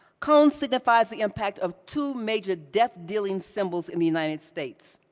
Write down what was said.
cone signifies the impact of two major death dealing symbols in the united states.